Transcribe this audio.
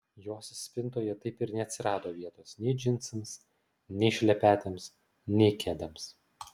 jos spintoje taip ir neatsirado vietos nei džinsams nei šlepetėms nei kedams